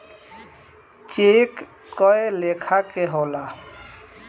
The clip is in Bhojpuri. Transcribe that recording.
चेक कए लेखा के होला